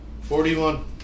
Forty-one